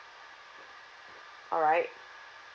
alright